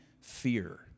fear